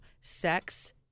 sex